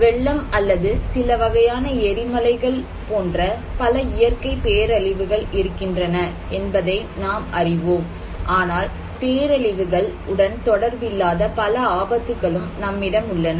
வெள்ளம்அல்லது சில வகையான எரிமலைகள் போன்ற பல இயற்கை பேரழிவுகள் இருக்கின்றன என்பதை நாம் அறிவோம் ஆனால் பேரழிவுகள் உடன் தொடர்பு இல்லாத பல ஆபத்துகளும் நம்மிடம் உள்ளன